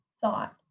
thought